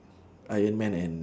iron man and